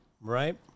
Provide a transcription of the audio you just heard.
Right